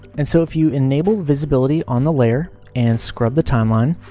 and so, if you enable visibility on the layer, and scrub the timeline,